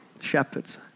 shepherds